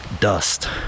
dust